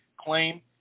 claim